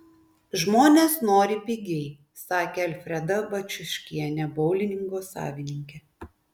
žmonės nori pigiai sakė alfreda baciuškienė boulingo savininkė